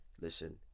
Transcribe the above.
listen